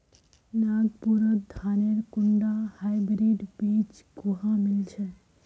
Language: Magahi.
नागपुरत धानेर कुनटा हाइब्रिड बीज कुहा मिल छ